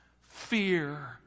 fear